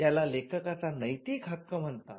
याला लेखकाचा नैतिक हक्क म्हणतात